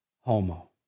homo